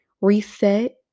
reset